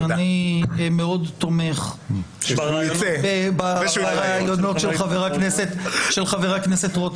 אני תומך בראיונות שלו.